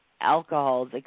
alcohols